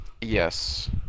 Yes